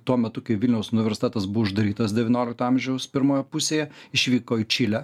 tuo metu kai vilniaus universitetas buvo uždarytas devyniolikto amžiaus pirmoje pusėje išvyko į čilę